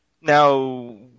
Now